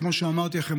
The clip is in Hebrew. כמו שאמרתי לכם,